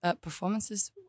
performances